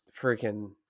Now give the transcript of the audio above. freaking